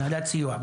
הנהלת סיוע.